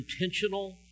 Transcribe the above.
intentional